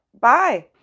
Bye